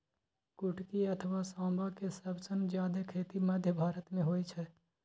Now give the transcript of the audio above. कुटकी अथवा सावां के सबसं जादे खेती मध्य भारत मे होइ छै